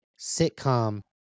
sitcom